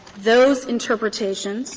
those interpretations